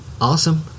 awesome